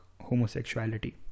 homosexuality